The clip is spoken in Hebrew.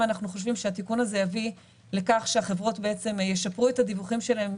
אנחנו חושבים שהתיקון הזה יביא לכך שהחברות ישפרו את הדיווחים שלהם,